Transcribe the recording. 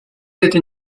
était